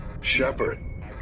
Shepard